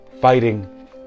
fighting